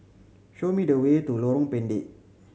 show me the way to Lorong Pendek